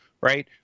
right